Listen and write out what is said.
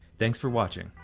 thanks for watching.